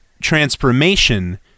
transformation